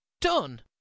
done